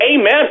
Amen